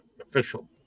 official